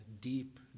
deep